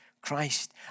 Christ